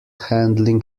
handling